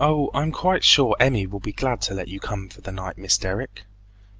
oh! i'm quite sure emmy will be glad to let you come for the night, miss derrick